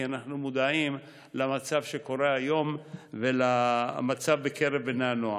כי אנחנו מודעים למצב שקורה היום ולמצב בקרב בני הנוער.